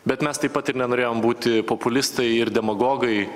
bet mes taip pat ir norėjom būti populistai ir demagogai